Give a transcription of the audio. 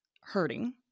hurting